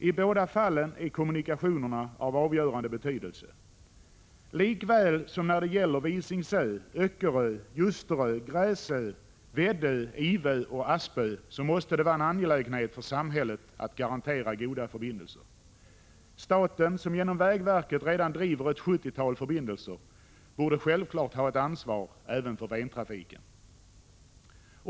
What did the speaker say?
I båda fallen är kommunikationerna av avgörande betydelse. Likaväl som när det gäller Visingsö, Öckerö, Ljusterö, Gräsö, Väddö, Ivö och Aspö måste det vara en angelägenhet för samhället att garantera goda förbindelser. Staten, som genom vägverket redan driver ett sjuttiotal förbindelser, borde självfallet ha ett ansvar även för Ventrafiken.